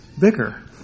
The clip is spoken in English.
bicker